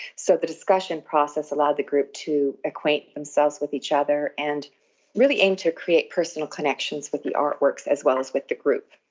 so the discussion process allowed the group to acquaint themselves with each other and really aimed to create personal connections with the artworks as well as with the group.